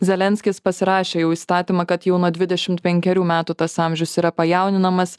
zelenskis pasirašė jau įstatymą kad jau nuo dvidešimt penkerių metų tas amžius yra pajauninamas